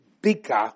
bigger